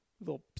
little